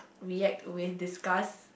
react with disgust